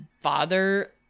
father